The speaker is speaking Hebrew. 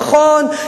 נכון,